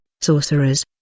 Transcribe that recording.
sorcerers